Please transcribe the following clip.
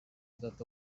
that